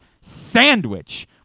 sandwich